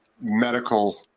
medical